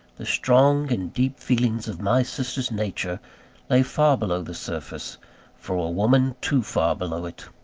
the strong and deep feelings of my sister's nature lay far below the surface for a woman, too far below it.